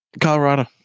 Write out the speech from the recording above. Colorado